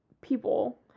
people